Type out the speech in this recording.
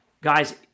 guys